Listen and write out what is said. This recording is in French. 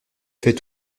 fait